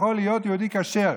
יכול להיות יהודי כשר.